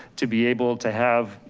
to be able to have